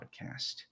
podcast